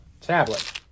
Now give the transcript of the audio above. Tablet